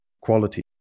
quality